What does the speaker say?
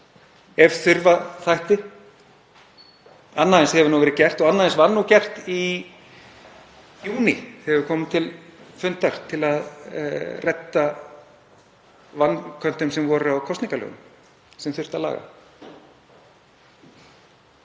ef þurfa þætti. Annað eins hefur nú verið gert og annað eins var gert í júní þegar við komum saman til fundar til að redda vanköntum sem voru á kosningalögunum sem þurfti að laga.